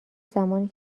زمانی